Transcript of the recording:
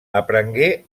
aprengué